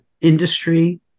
industry